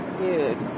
dude